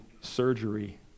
surgery